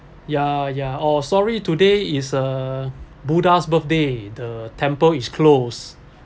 ya ya oh sorry today is a buddha's birthday the temple is closed